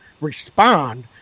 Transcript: respond